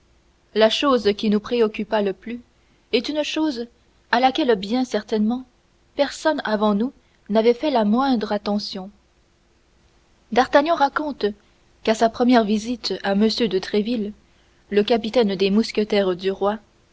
la chose qui nous préoccupa le plus est une chose à laquelle bien certainement personne avant nous n'avait fait la moindre attention d'artagnan raconte qu'à sa première visite à m de tréville le capitaine des mousquetaires du roi